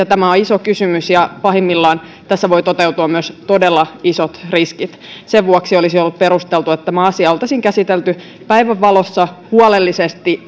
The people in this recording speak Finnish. tämä on iso kysymys ja pahimmillaan tässä voivat toteutua myös todella isot riskit sen vuoksi olisi ollut perusteltua että tämä asia olisi käsitelty päivänvalossa huolellisesti